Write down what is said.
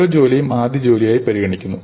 ഓരോ ജോലിയും ആദ്യ ജോലിയായി പരിഗണിക്കുന്നു